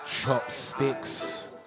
Chopsticks